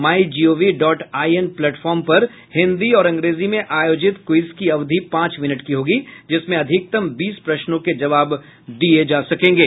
my GOV dot IN platform पर हिन्दी और अंग्रेजी में आयोजित क्विज की अवधि पांच मिनट की होगी जिसमें अधिकतम बीस प्रश्नों के जवाब दिए जा सकेंगे